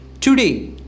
today